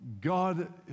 God